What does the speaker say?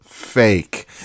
fake